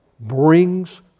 brings